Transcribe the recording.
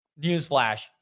newsflash